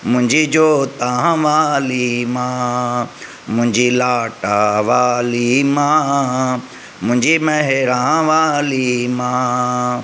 मुंहिंजी जोता वाली माउ मुंहिंजी लाटा वाली माउ मुंहिंजी मेहरा वाली माउ